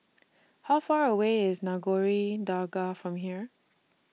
How Far away IS Nagore Dargah from here